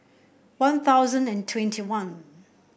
One Thousand and twenty one